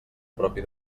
propi